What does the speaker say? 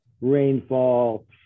rainfall